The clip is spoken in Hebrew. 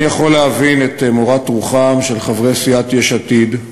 אני יכול להבין את מורת רוחם של חברי סיעת יש עתיד,